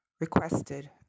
requested